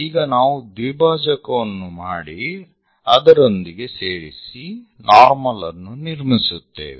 ಈಗ ನಾವು ದ್ವಿಭಾಜಕವನ್ನು ಮಾಡಿ ಅದರೊಂದಿಗೆ ಸೇರಿಸಿ ನಾರ್ಮಲ್ ಅನ್ನು ನಿರ್ಮಿಸುತ್ತೇವೆ